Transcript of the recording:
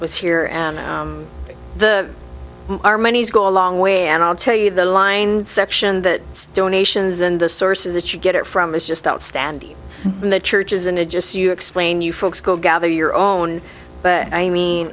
was here and the our monies go a long way and i'll tell you the line section that donations and the sources that you get it from is just outstanding in the churches and it just you explain you folks go gather your own but i mean